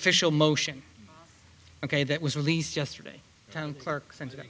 official motion ok that was released yesterday found clarkson today